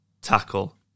tackle